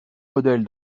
modèles